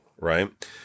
right